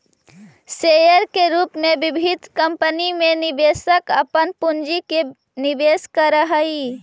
share के रूप में विभिन्न कंपनी में निवेशक अपन पूंजी के निवेश करऽ हइ